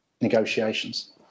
negotiations